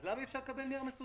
למה אי אפשר לקבל נייר מסודר?